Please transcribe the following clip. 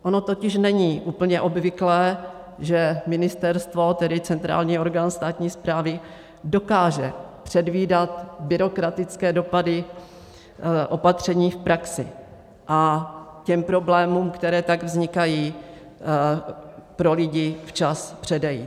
Ono totiž není úplně obvyklé, že ministerstvo, tedy centrální orgán státní správy, dokáže předvídat byrokratické dopady opatření v praxi a problémům, které tak vznikají pro lidi, včas předejít.